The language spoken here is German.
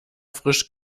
frisch